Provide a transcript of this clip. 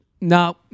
no